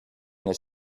this